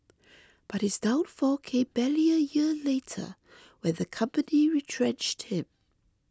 but his downfall came barely a year later when the company retrenched him